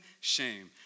shame